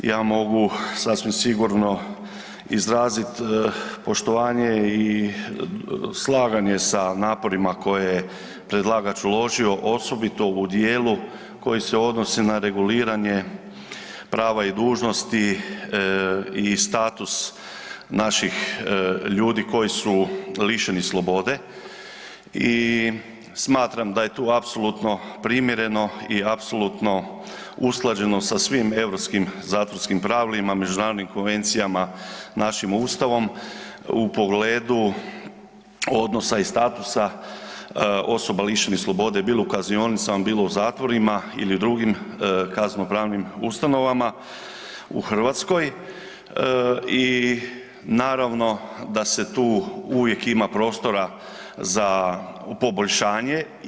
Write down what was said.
Ja mogu sasvim sigurno izraziti poštovanje i slaganje sa naporima koje je predlagač uložio osobito u dijelu koji se odnosi na reguliranje prava i dužnosti i status naših ljudi koji su lišeni slobode i smatram da je tu apsolutno primjereno i apsolutno usklađeno sa svim europskih zatvorskim pravilima, međunarodnim konvencijama, našim Ustavom u pogledu odnosa i statusa osoba lišenih slobode bilo u kaznionicama, bilo u zatvorima ili drugim kazneno-pravnim ustanovama u Hrvatskoj i naravno da se tu uvijek ima prostora za poboljšanje.